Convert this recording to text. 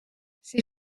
ses